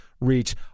reach